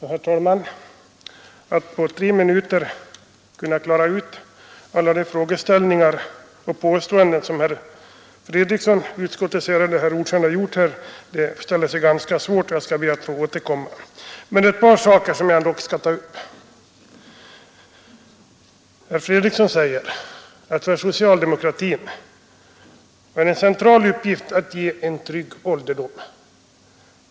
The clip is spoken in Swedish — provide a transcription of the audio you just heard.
Herr talman! Att på tre minuter klara ut alla frågeställningar och alla de påståenden som herr Fredriksson, utskottets ärade ordförande, här gjort ställer sig ganska svårt, och jag skall eventuellt återkomma. Ett par saker skall jag dock ta upp nu. Herr Fredriksson säger att för socialdemokratin är det en central uppgift att ge svenska folket en trygg ålderdom.